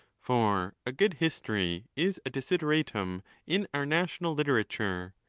for a good history is a desideratum in our national literature,